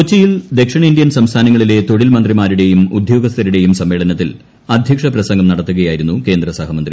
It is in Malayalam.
കൊച്ചിയിൽ ദക്ഷിണേന്ത്യൻ സംസ്ഥാനങ്ങളിലെ തൊഴിൽ മന്ത്രിമാരുടെയും ഉദ്യോഗസ്ഥരുടെയും സമ്മേളനത്തിൽ അധ്യക്ഷ പ്രസംഗം നടത്തുകയായിരുന്നു കേന്ദ്ര സൃഷ്മൃന്തി